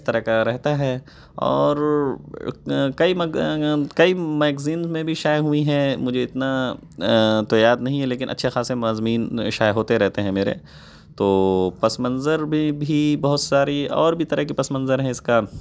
اس طرح کا رہتا ہے اور کئی کئی میگزین میں بھی شائع ہوئی ہیں مجھے اتنا تو یاد نہیں ہے لیکن اچھے خاصے مضامین شائع ہوتے رہتے ہیں میرے تو پس منظر میں بھی بہت ساری اور بھی طرح کے پس منظر ہیں اس کا